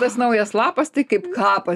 tas naujas lapas tai kaip kapas